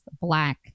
black